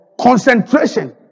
concentration